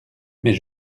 mais